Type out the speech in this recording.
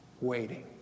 waiting